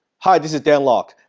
hi this is dan lok.